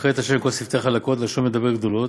"'יכרת ה' כל שפתי חלקות לשון מדברת גדלות',